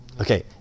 okay